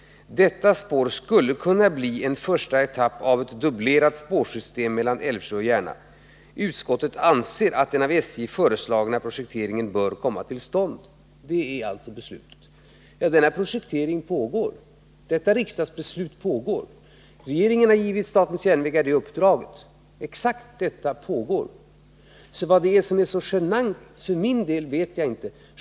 Detta spår skulle kunna bli en första etapp av ett dubblerat spårsystem mellan Älvsjö och Järna. Utskottet anser att den av SJ föreslagna projekteringen bör komma till stånd.” Det är alltså beslutet. Denna projektering pågår. Regeringen har givit statens järnvägar det uppdraget. Vad det är som är så genant för min del vet jag inte.